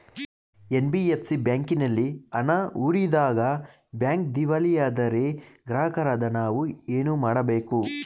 NBFC ಬ್ಯಾಂಕಿನಲ್ಲಿ ಹಣ ಹೂಡಿದಾಗ ಬ್ಯಾಂಕ್ ದಿವಾಳಿಯಾದರೆ ಗ್ರಾಹಕರಾದ ನಾವು ಏನು ಮಾಡಬೇಕು?